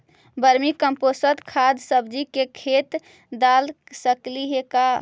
Vermi compost खाद सब्जी के खेत दाल सकली हे का?